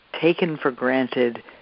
taken-for-granted